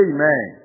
Amen